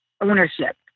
ownership